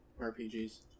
RPGs